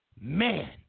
man